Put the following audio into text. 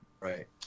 Right